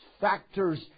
factors